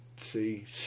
see